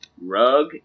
Rug